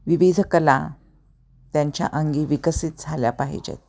विविध कला त्यांच्या अंगी विकसित झाल्या पाहिजेत